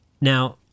Now